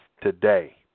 today